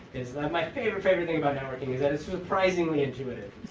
is that my favorite, favorite thing about networking is that it's surprisingly intuitive.